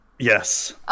Yes